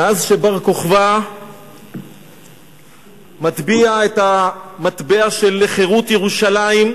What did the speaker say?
מאז הטביע בר-כוכבא את המטבע של חירות ירושלים,